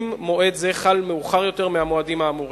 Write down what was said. אם מועד זה חל מאוחר יותר מהמועדים האמורים.